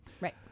Right